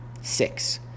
Six